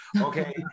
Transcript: okay